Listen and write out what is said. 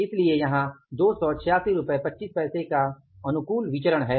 इसलिए यहां यह 28625 अनुकूल है